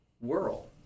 whirl